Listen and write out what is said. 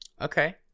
okay